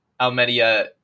Almedia